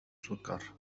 سكر